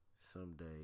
someday